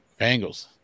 Bengals